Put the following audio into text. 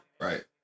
Right